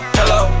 hello